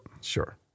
Sure